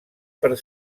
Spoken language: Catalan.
per